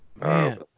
man